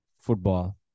football